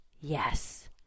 Yes